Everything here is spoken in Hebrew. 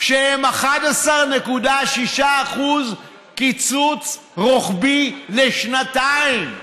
שהם 11.6% קיצוץ רוחבי לשנתיים,